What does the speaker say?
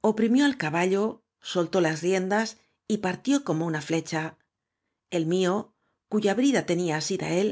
oprimió al caballo soltó las riendas y partió como una flecha el mío cuya bñda tenfa asida él